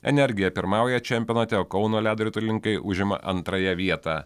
energija pirmauja čempionate o kauno ledo ritulininkai užima antrąją vietą